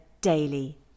daily